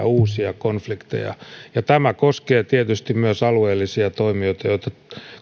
uusia konf likteja ja tämä koskee tietysti myös alueellisia toimijoita